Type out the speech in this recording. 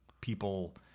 people